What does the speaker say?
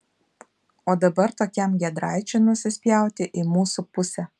o dabar tokiam giedraičiui nusispjauti į mūsų pusę